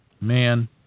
Man